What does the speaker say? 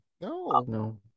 No